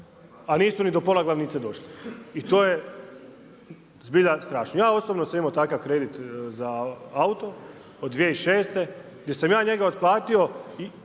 a nisu ni do pola glavnice došli. I to je zbilja strašno. Ja osobno sam imao takav kredit za auto, od 2006. gdje sam ja njega otplatio